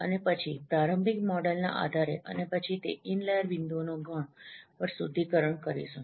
અને પછી પ્રારંભિક મોડેલના આધારે અને પછી તે ઇનલાઈર બિંદુઓનો ગણ પર શુદ્ધિકરણ કરીશું